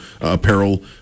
apparel